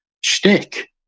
shtick